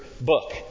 book